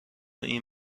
این